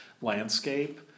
landscape